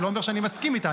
זה לא אומר שאני מסכים איתה.